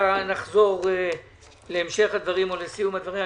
נחזור להמשיך הדברים או לסיום הדברים.